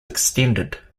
extended